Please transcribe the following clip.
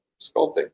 sculpting